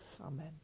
Amen